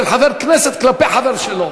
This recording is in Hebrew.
של חבר כנסת כלפי חבר שלו,